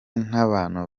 n’abantu